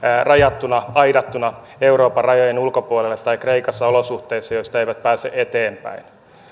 rajattuna aidattuna euroopan rajojen ulkopuolelle tai kreikassa olosuhteissa joista eivät pääse eteenpäin